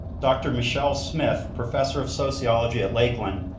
dr. michelle smith, professor of sociology at lakeland,